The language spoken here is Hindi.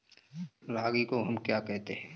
रागी को हम क्या कहते हैं?